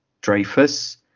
Dreyfus